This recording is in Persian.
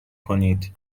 کنید